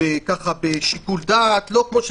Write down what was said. למרות שיכול להיות